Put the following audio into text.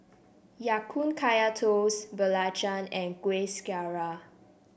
Ya Kun Kaya Toast Belacan and Kuih Syara